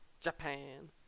japan